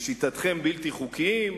לשיטתכם בלתי חוקיים,